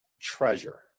treasure